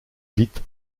vite